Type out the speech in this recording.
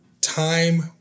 time